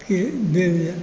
फेर देल जाय